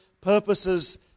purposes